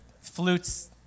flutes